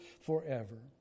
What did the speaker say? forever